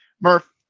Murph